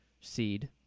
seed